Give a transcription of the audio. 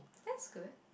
that's good